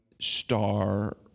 star